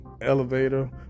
elevator